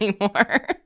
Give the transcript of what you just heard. anymore